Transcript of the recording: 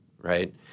right